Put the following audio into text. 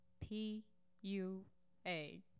P-U-A